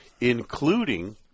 including